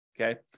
Okay